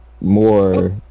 more